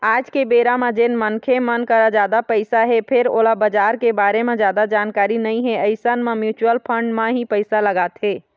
आज के बेरा म जेन मनखे मन करा जादा पइसा हे फेर ओला बजार के बारे म जादा जानकारी नइ हे अइसन मन म्युचुअल फंड म ही पइसा लगाथे